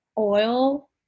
oil